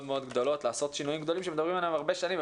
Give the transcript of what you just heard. גדולות לעשות שינויים גדולים שמדברים עליהם הרהב שנים.